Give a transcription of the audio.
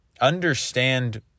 Understand